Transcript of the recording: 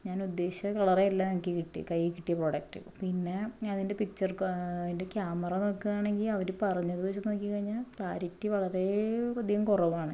ഞാൻ ഉദ്ദേശിച്ച കളറെ അല്ല എനിക്ക് കിട്ടിയത് കയ്യിൽ കിട്ടിയ പ്രോഡക്റ്റ് പിന്നെ അതിൻ്റെ പിക്ചർ അതിൻ്റെ ക്യാമറ നോക്കുക ആണെങ്കിൽ അവർ പറഞ്ഞത് വച്ച് നോക്കി കഴിഞ്ഞാൽ ക്ലാരിറ്റി വളരെ അധികം കുറവാണ്